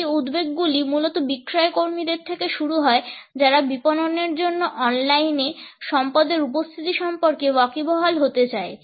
এই উদ্বেগগুলি মূলত বিক্রয়কর্মীদের থেকে শুরু হয় যারা বিপণনের জন্য অনলাইনে সম্পদের উপস্থিতি সম্পর্কে ওয়াকিবহাল হতে চায়